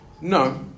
no